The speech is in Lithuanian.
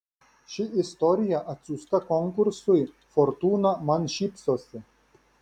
ši istorija atsiųsta konkursui fortūna man šypsosi